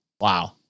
wow